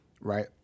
right